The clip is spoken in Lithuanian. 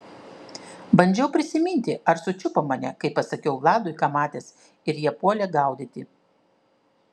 bandžiau prisiminti ar sučiupo mane kai pasakiau vladui ką matęs ir jie puolė gaudyti